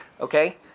Okay